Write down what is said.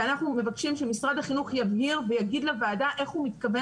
אנחנו מבקשים שמשרד החינוך יבהיר ויאמר לוועדה איך הוא מתכוון